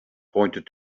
pointed